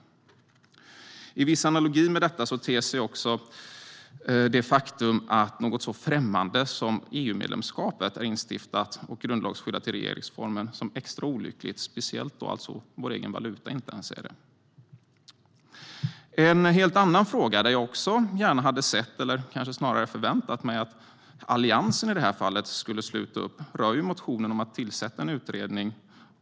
Jag ska ta upp en helt annan fråga som rör motionen om att utreda lämpligheten i att införa en författningsdomstol och möjlighet till abstrakt normprövning.